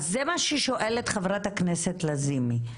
אז זה מה ששואלת חברת הכנסת לזימי.